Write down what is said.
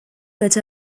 that